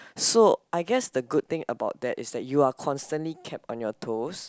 so I guess the good thing about that is that you are constantly kept on your toes